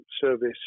service